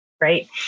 right